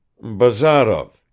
Bazarov